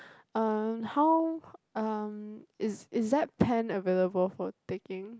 uh how um is is that pen available for taking